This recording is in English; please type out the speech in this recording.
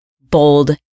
bold